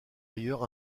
ailleurs